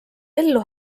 ellu